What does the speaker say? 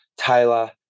Taylor